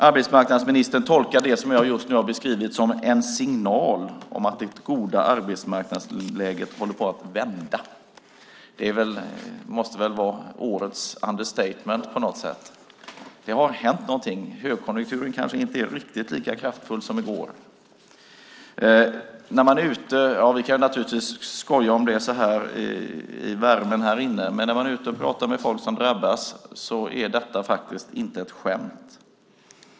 Arbetsmarknadsministern tolkar det som jag just nu har beskrivit som en signal om att det goda arbetsmarknadsläget håller på att vända. Det måste väl på något sätt vara årets understatement. Det har hänt någonting. Högkonjunkturen kanske inte är lika kraftfull som i går. Vi kan naturligtvis skoja om det i värmen här inne. Men när man är ute och talar med människor som drabbas är det faktiskt inte ett skämt.